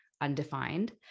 undefined